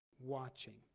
watching